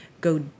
Go